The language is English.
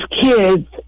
kids